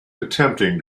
attempting